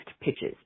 pitches